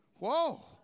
Whoa